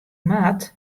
moat